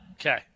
Okay